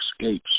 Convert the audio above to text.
escapes